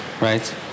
right